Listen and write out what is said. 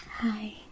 Hi